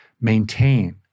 maintain